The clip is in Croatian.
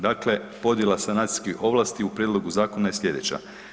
Dakle, podjela sanacijskih ovlasti u prijedlogu zakona je sljedeća.